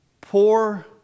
poor